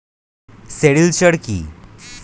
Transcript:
Sericulture কি?